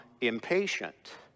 impatient